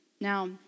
Now